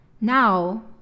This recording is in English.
now